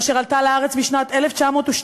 אשר עלתה לארץ בשנת 1912,